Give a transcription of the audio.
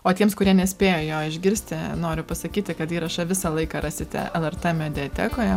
o tiems kurie nespėjo jo išgirsti noriu pasakyti kad įrašą visą laiką rasite lrt mediatekoje